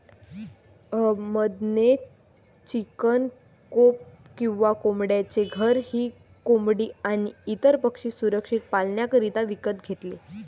अहमद ने chicken coop किंवा कोंबड्यांचे घर ही कोंबडी आणी इतर पक्षी सुरक्षित पाल्ण्याकरिता विकत घेतले